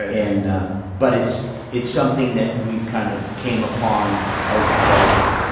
and ah but it's it's something that we've kind of came upon as as